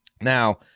Now